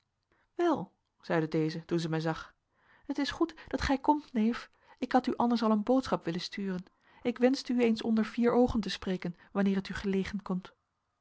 wel zeide deze toen ze mij zag het is goed dat gij komt neef ik had u anders al een boodschap willen sturen ik wenschte u eens onder vier oogen te spreken wanneer het u gelegen komt